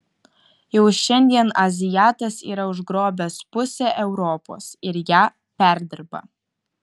jau šiandien azijatas yra užgrobęs pusę europos ir ją perdirba